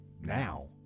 now